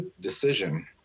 decision